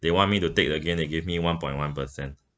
they want me to take again they give me one point one percent